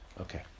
Okay